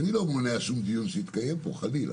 אני לא מונע שום דיון שיתקיים פה, חלילה.